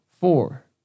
four